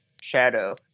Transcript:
shadow